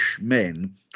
men